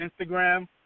Instagram